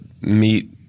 meet